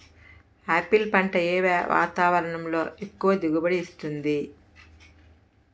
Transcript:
Apple పంట ఏ వాతావరణంలో ఎక్కువ దిగుబడి ఇస్తుంది?